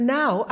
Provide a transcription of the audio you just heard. now